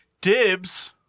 Dibs